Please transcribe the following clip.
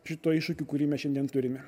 šituo iššūkiu kurį mes šiandien turime